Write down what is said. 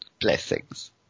Blessings